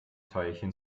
teilchen